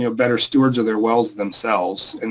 you know better stewards of their wells themselves. and